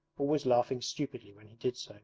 always laughing stupidly when he did